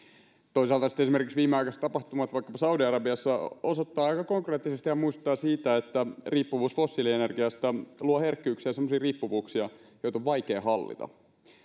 toisaalta sitten esimerkiksi viimeaikaiset tapahtumat vaikkapa saudi arabiassa osoittavat aika konkreettisesti sen ja muistuttavat siitä että riippuvuus fossiilienergiasta luo herkkyyksiä semmoisia riippuvuuksia joita on vaikea hallita